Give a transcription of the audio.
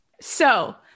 So-